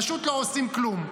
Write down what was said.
פשוט לא עושים כלום.